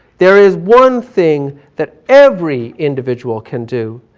there is one thing that every individual can do,